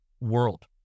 world